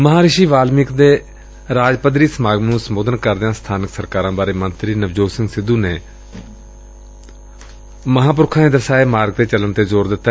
ਮਹਾਰਿਸ਼ੀ ਵਾਲਮੀਕ ਦੇ ਰਾਜ ਪੱਧਰੀ ਸਮਾਗਮ ਨੂੰ ਸੰਬੋਧਨ ਕਰਦੇ ਸਥਾਨਕ ਸਰਕਾਰਾਂ ਦੇ ਮੰਤਰੀ ਨਵਜੋਤ ਸਿੰਘ ਸੱਧੂ ਨੇ ਮਹਾਂਪੁਰਖਾਂ ਦੇ ਦਰਸਾਏ ਮਾਰਗ ਤੇ ਚੱਲਣ ਤੇ ਜ਼ੋਰ ਦਿੱਤਾ